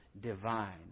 divine